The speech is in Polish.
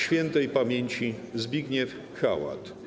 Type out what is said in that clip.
Świętej pamięci Zbigniew Hałat.